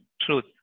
truth